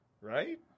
Right